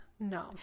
No